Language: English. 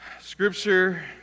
Scripture